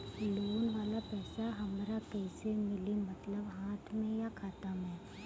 Loan वाला पैसा हमरा कइसे मिली मतलब हाथ में या खाता में?